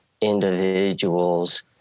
individuals